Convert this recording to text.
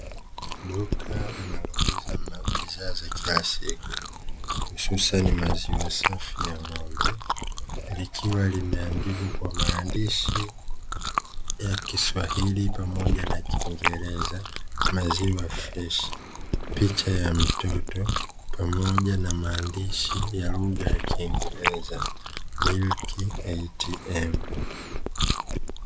Duka linalouza bidhaa za kila siku hususani maziwa masafi ya ng'ombe likiwa limeandikwa kwa maandishi ya kiswahili pamoja na kingereza, maziwa freshi picha ya mtoto pamoja na maandishi ya lugha ya kiingereza "MILK ATM".